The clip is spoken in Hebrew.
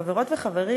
חברות וחברים,